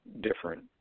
different